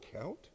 count